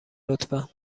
لطفا